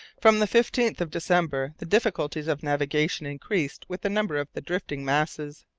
from the fifteenth of december the difficulties of navigation increased with the number of the drifting masses.